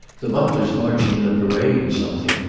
the butler's marching in a parade or something.